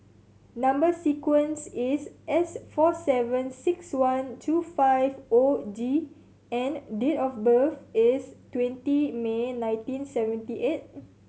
number sequence is S four seven six one two five O D and date of birth is twenty May nineteen seventy eight